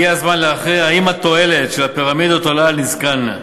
הגיע הזמן להכריע האם התועלת של הפירמידות עולה על נזקן.